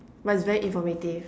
but it's very informative